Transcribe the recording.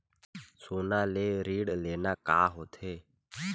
सोना ले ऋण लेना का होथे?